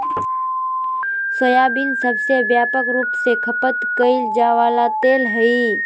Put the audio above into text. soybean सबसे व्यापक रूप से खपत कइल जा वला तेल हइ